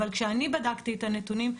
אבל כשאני בדקתי את הנתונים,